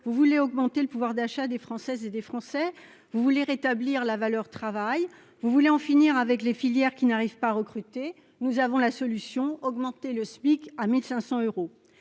vous voulez augmenter le pouvoir d'achat des Françaises et des Français ? Vous voulez rétablir la valeur travail ? Vous voulez en finir avec les filières qui n'arrivent pas à recruter ? Nous avons la solution : porter le SMIC à 1 500 euros